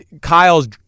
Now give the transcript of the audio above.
Kyle's